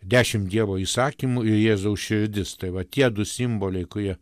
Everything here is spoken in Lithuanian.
dešimt dievo įsakymų ir jėzaus širdis tai va tie du simboliai kurie